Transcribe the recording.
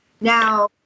now